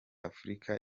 afurika